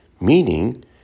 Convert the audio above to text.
meaning